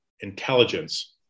intelligence